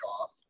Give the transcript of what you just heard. off